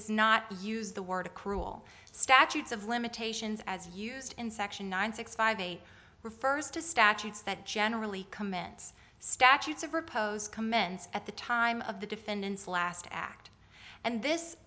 does not use the word a cruel statutes of limitations as used in section nine six five eight refers to statutes that generally commence statutes of repose commenced at the time of the defendant's last act and this